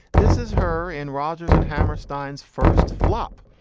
this is her in rodgers and hammerstein's first flop,